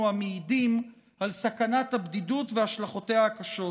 המעידים על סכנת הבדידות והשלכותיה הקשות.